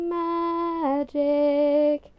magic